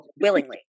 willingly